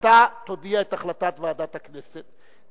זו לא עמדתי האישית,